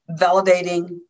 validating